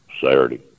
Saturday